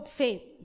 faith